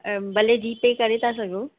अ भले जीपे करे था सघो